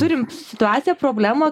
turim situaciją problemą